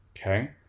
okay